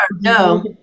No